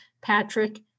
Patrick